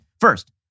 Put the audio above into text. First